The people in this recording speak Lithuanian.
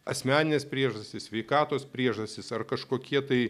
asmeninės priežastys sveikatos priežastis ar kažkokie tai